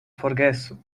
forgesu